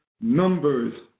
Numbers